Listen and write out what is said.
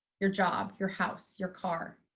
your job, your house, your car.